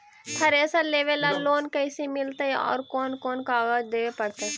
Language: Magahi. थरेसर लेबे ल लोन कैसे मिलतइ और कोन कोन कागज देबे पड़तै?